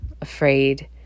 afraid